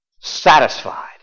satisfied